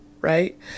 right